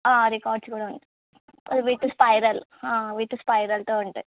records కూడా ఉన్నాయి with spiral with స్పైరల్తో ఉంటాయి